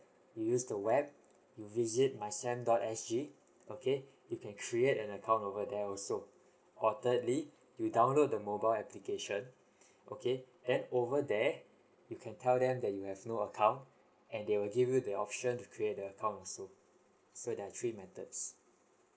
you use the web you visit MYSAM dot S G okay you can create an account over there also or thirdly you download the mobile application okay then over there you can tell them that you have no account and they will give you the option to create the account also so there are three methods